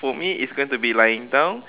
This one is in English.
for me it's going to be lying down